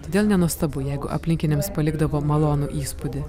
todėl nenuostabu jeigu aplinkiniams palikdavo malonų įspūdį